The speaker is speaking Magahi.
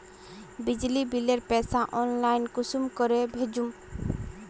बिजली बिलेर पैसा ऑनलाइन कुंसम करे भेजुम?